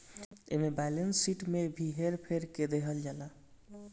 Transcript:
एमे balance sheet में भी हेर फेर क देहल जाता